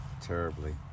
terribly